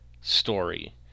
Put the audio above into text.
story